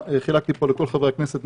חילקתי פה לכל חברי הכנסת את המפה,